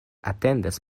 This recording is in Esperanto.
atendas